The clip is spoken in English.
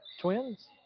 Twins